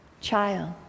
Child